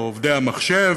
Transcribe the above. או עובדי המחשב,